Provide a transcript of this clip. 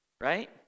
Right